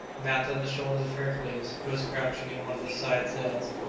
mounted on the shoulders of hercules, who was crouching in one of the side-cells,